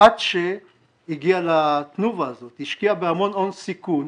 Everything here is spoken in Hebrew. עד שהגיעה לתנובה הזאת, השקיעה בהמון הון סיכון